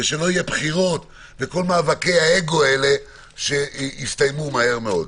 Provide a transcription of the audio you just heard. שלא יהיו בחירות ושכל מאבקי האגו האלה יסתיימו מהר מאוד.